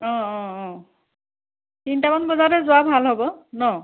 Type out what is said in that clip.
অঁ অঁ অঁ তিনিটামান বজাতে যোৱা ভাল হ'ব ন